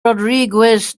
rodriguez